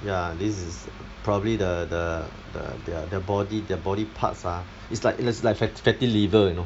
ya this is probably the the the their their body their body parts ah it's like it's like fatty liver you know